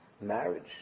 Marriage